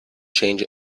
change